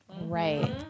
Right